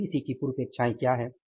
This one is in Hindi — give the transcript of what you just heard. एबीसी की पूर्वापेक्षाएँ क्या हैं